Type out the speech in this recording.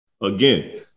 again